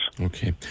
Okay